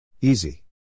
Easy